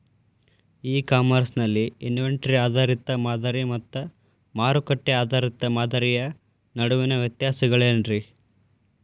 E commerce ನಲ್ಲಿ inventory ಆಧಾರಿತ ಮಾದರಿ ಮತ್ತ ಮಾರುಕಟ್ಟೆ ಆಧಾರಿತ ಮಾದರಿಯ ನಡುವಿನ ವ್ಯತ್ಯಾಸಗಳೇನ ರೇ?